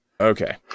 okay